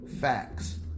facts